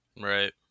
Right